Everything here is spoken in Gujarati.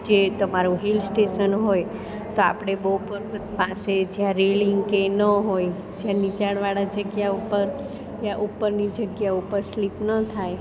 જે તમારું હિલસ્ટેશન હોય તો આપળે બહુ પર્વત પાસે જ્યાં રેલિંગ કે ન હોય જ્યાં નીચાણવાળા જગ્યા ઉપર ત્યાં ઉપરની જગ્યા ઉપર સ્લીપ ન થાય